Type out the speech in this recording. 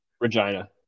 Regina